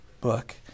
book